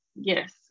yes